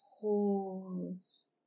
pause